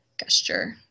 gesture